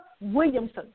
Williamson